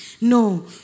No